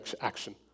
action